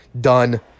done